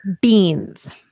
beans